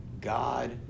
God